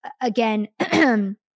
again